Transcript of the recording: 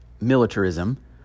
militarism